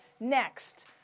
next